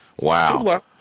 Wow